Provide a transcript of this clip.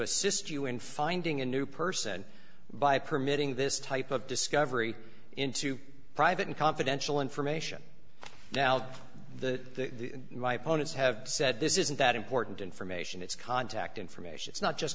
assist you in finding a new person by permitting this type of discovery into private and confidential information now the my opponents have said this isn't that important information it's contact information it's not just